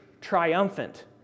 triumphant